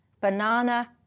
Banana